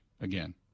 again